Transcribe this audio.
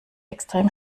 extrem